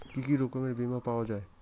কি কি রকমের বিমা পাওয়া য়ায়?